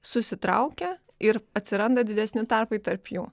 susitraukia ir atsiranda didesni tarpai tarp jų